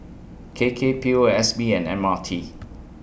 K K P O S B and M R T